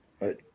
right